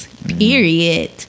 Period